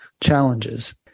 challenges